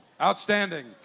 Outstanding